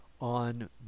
on